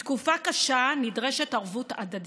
בתקופה קשה נדרשת ערבות הדדית.